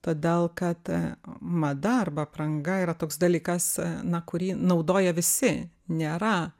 todėl kad mada arba apranga yra toks dalykas na kurį naudoja visi nėra